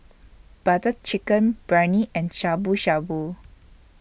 Butter Chicken Biryani and Shabu Shabu